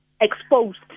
exposed